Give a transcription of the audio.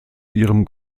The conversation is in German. ihrem